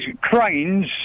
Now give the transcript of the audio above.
cranes